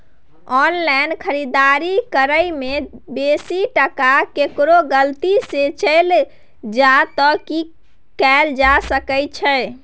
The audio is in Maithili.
ऑनलाइन खरीददारी करै में बेसी टका केकरो गलती से चलि जा त की कैल जा सकै छै?